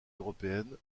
européenne